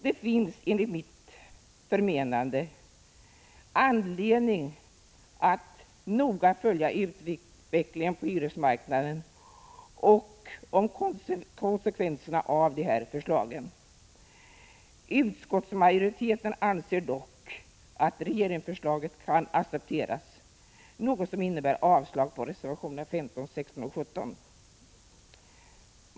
Det finns, enligt mitt förmenande, anledning att noga följa utvecklingen på hyresmarknaden och konsekvenserna av dessa förslag. Utskottsmajoriteten anser dock att regeringsförslaget kan accepteras, något som innebär avslag på reservationerna 15, 16 och 17.